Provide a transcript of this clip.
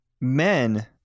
men